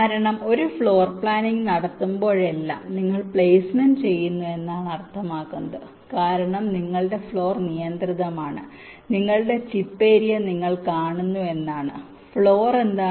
കാരണം ഒരു floor planning നടത്തുമ്പോഴെല്ലാം നിങ്ങൾ പ്ലേസ്മെന്റ് ചെയ്യുന്നു എന്നാണ് അർത്ഥമാക്കുന്നത് കാരണം നിങ്ങളുടെ ഫ്ലോർ നിയന്ത്രിതമാണ് നിങ്ങളുടെ ചിപ്പ് ഏരിയ നിങ്ങൾ കാണുന്നു എന്നാണ് ഫ്ലോർ എന്താണ്